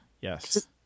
yes